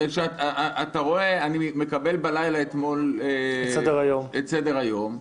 אני מקבל אתמול בלילה את סדר-היום,